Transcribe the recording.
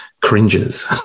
cringes